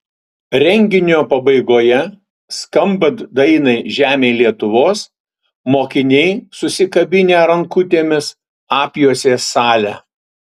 renginio pabaigoje skambant dainai žemėj lietuvos mokiniai susikabinę rankutėmis apjuosė salę